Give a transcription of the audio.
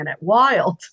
Wild